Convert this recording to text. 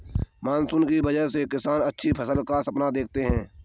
monsoon की वजह से किसान अच्छी फसल का सपना देखते हैं